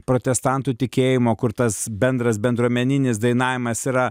protestantų tikėjimo kur tas bendras bendruomeninis dainavimas yra